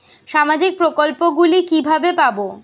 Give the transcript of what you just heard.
সামাজিক প্রকল্প গুলি কিভাবে পাব?